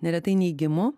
neretai neigimu